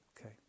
Okay